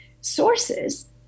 sources